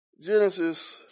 Genesis